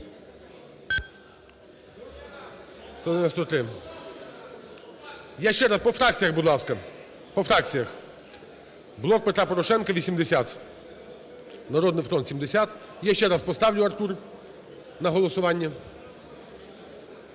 Я ще раз… По фракціях, будь ласка. По фракціях: "Блок Петра Порошенка" – 80, "Народний фронт" - 70. Я е раз поставлю, Артур, на голосування.